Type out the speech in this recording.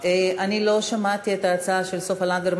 אני לא שמעתי את ההצעה של סופה לנדבר.